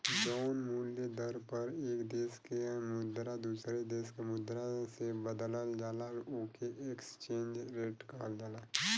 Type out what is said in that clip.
जौन मूल्य दर पर एक देश क मुद्रा दूसरे देश क मुद्रा से बदलल जाला ओके एक्सचेंज रेट कहल जाला